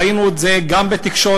ראינו את זה גם בתקשורת,